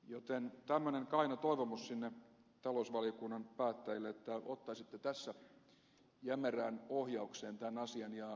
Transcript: joten tämmöinen kaino toivomus sinne talousvaliokunnan päättäjille että ottaisitte tässä jämerään ohjaukseen tämän asian